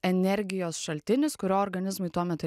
energijos šaltinis kurio organizmui tuo metu